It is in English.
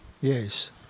Yes